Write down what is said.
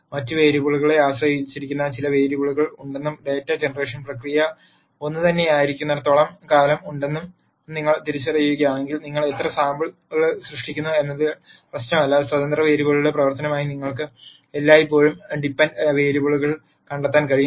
മറ്റ് വേരിയബിളുകളെ ആശ്രയിച്ചിരിക്കുന്ന ചില വേരിയബിളുകൾ ഉണ്ടെന്നും ഡാറ്റാ ജനറേഷൻ പ്രക്രിയ ഒന്നുതന്നെയായിരിക്കുന്നിടത്തോളം കാലം ഉണ്ടെന്ന് നിങ്ങൾ തിരിച്ചറിയുകയാണെങ്കിൽ നിങ്ങൾ എത്ര സാമ്പിളുകൾ സൃഷ്ടിക്കുന്നു എന്നത് പ്രശ്നമല്ല സ്വതന്ത്ര വേരിയബിളുകളുടെ പ്രവർത്തനമായി നിങ്ങൾക്ക് എല്ലായ്പ്പോഴും ഡി പെൻഡന്റ് വേരിയബിളുകൾ കണ്ടെത്താൻ കഴിയും